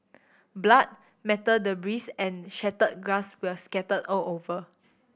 blood metal debris and shattered glass were scattered all over